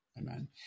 Amen